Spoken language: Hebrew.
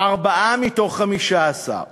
ארבעה מתוך 15,